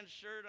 shirt